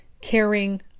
Caring